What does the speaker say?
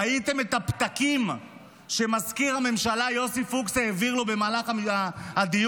ראיתם את הפתקים שמזכיר הממשלה יוסי פוקס העביר לו במהלך הדיון?